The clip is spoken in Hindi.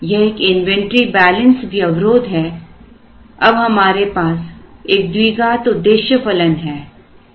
यह एक इन्वेंटरी बैलेंस व्यवरोध है अब हमारे पास एक द्विघात उद्देश्य फलन है